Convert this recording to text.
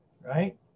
right